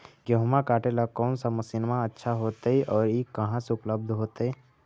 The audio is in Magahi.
गेहुआ काटेला कौन मशीनमा अच्छा होतई और ई कहा से उपल्ब्ध होतई?